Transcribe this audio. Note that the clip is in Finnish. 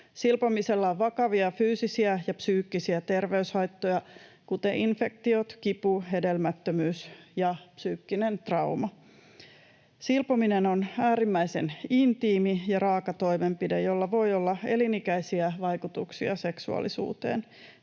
Silpomisella on vakavia fyysisiä ja psyykkisiä terveyshaittoja, kuten infektiot, kipu, hedelmättömyys ja psyykkinen trauma. Silpominen on äärimmäisen intiimi ja raaka toimenpide, jolla voi olla elinikäisiä vaikutuksia seksuaalisuuteen.